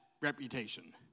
reputation